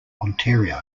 ontario